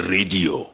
Radio